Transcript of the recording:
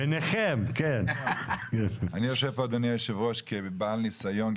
אני יושב פה כבעל ניסיון,